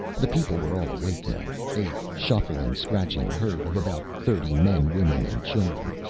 the people were all awake now, a shuffling, scratching herd of about thirty men, women and children.